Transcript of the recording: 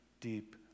deep